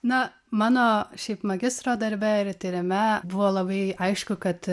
na mano šiaip magistro darbe ir tyrime buvo labai aišku kad